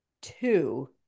two